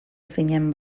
zinen